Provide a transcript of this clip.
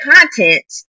content